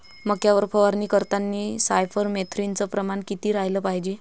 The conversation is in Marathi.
मक्यावर फवारनी करतांनी सायफर मेथ्रीनचं प्रमान किती रायलं पायजे?